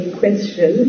question